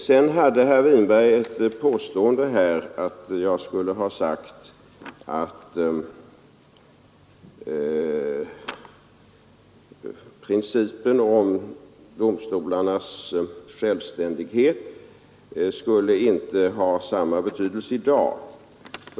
Sedan påstod herr Winberg att jag skulle ha sagt att principen om domstolarnas självständighet inte skulle ha samma betydelse i dag.